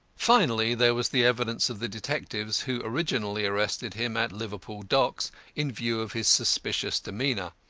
finally, there was the evidence of the detectives who originally arrested him at liverpool docks in view of his suspicious demeanour.